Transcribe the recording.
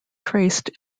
traced